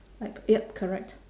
like yup correct